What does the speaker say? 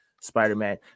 spider-man